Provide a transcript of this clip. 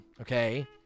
Okay